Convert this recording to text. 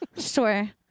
Sure